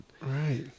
Right